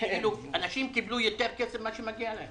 שאנשים קיבלו יותר כסף ממה שמגיע להם.